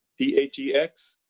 PHEX